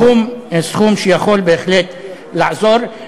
הם סכום שיכול בהחלט לעזור.